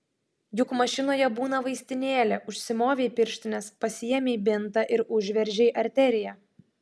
juk mašinoje būna vaistinėlė užsimovei pirštines pasiėmei bintą ir užveržei arteriją